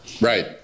Right